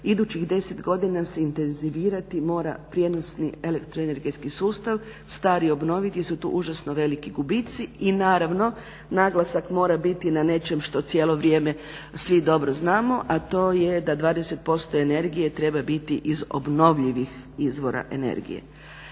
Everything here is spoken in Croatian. idućih 10 godina se intenzivirati mora prijenosni elektroenergetski sustav, stari obnoviti jer su tu užasno veliki gubici i naravno naglasak mora biti na nečem što cijelo vrijeme svi dobro znamo, a to je da 20% energije treba biti iz obnovljivih izvora energije.